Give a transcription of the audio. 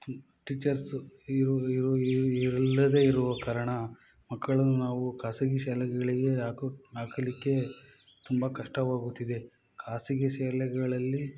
teachers ಇರು ಇರು ಇಲ್ಲದೇ ಇರುವ ಕಾರಣ ಮಕ್ಕಳನ್ನು ನಾವು ಖಾಸಗಿ ಶಾಲೆಗಳಿಗೆ ಹಾಕು ಹಾಕಲಿಕ್ಕೆ ತುಂಬ ಕಷ್ಟವಾಗುತ್ತಿದೆ ಖಾಸಗಿ ಶಾಲೆಗಳಲ್ಲಿ